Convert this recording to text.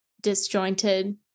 disjointed